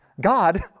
God